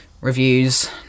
reviews